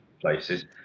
places